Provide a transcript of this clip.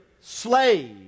slave